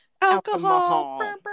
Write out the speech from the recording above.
Alcohol